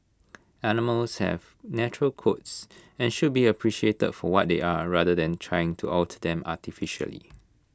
animals have natural coats and should be appreciated for what they are rather than trying to alter them artificially